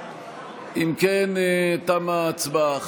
אם כן, תמה ההצבעה.